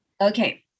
Okay